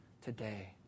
today